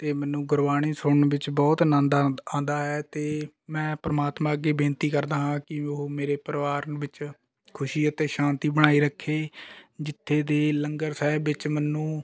ਅਤੇ ਮੈਨੂੰ ਗੁਰਬਾਣੀ ਸੁਣਨ ਵਿੱਚ ਬਹੁਤ ਆਨੰਦ ਆਂਦ ਆਉਂਦਾ ਹੈ ਅਤੇ ਮੈਂ ਪਰਮਾਤਮਾ ਅੱਗੇ ਬੇਨਤੀ ਕਰਦਾ ਹਾਂ ਕਿ ਉਹ ਮੇਰੇ ਪਰਿਵਾਰ ਵਿੱਚ ਖੁਸ਼ੀ ਅਤੇ ਸ਼ਾਂਤੀ ਬਣਾਈ ਰੱਖੇ ਜਿੱਥੇ ਦੇ ਲੰਗਰ ਸਾਹਿਬ ਵਿੱਚ ਮੈਨੂੰ